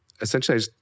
essentially